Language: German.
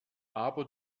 aber